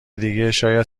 دیگه، شاید